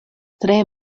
tre